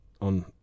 on